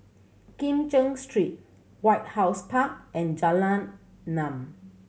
Kim Cheng Street White House Park and Jalan Enam